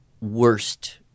worst